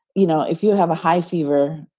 you know, if you have a high fever,